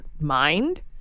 mind